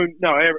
No